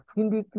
hindi